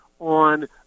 on